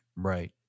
Right